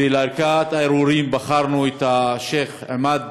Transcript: לערכאת הערעורים בחרנו את השיח' עמאד